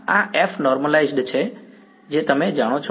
ના આ F normalised છે તમે જાણો છો